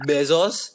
Bezos